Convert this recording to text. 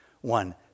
one